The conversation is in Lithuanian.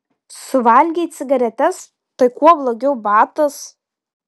suvalgei cigaretes tai kuo blogiau batas